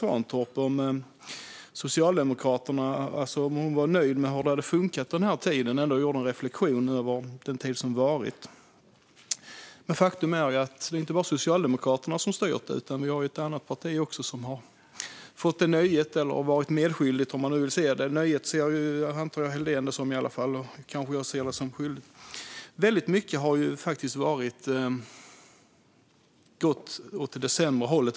Jag ska inte upprepa frågan helt identiskt; den är nog för omfattande. Hon gav då en reflektion över den tid som varit. Men faktum är att det inte bara är Socialdemokraterna som styrt, utan vi har även ett annat parti som fått nöjet att vara med. Jag antar att Helldén sett det som ett nöje i alla fall. Jag ser er väl snarare som medskyldiga. Väldigt mycket har faktiskt gått åt det sämre hållet.